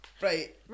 Right